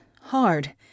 hard